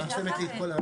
מקובל.